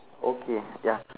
okay ya